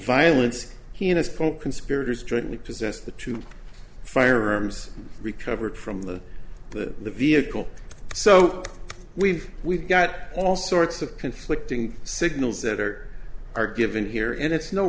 the two firearms recovered from the the vehicle so we've we've got all sorts of conflicting signals that are are given here and it's no